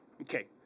Okay